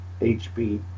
HB